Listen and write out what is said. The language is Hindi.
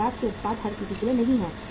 एडिडास के उत्पाद हर किसी के लिए नहीं हैं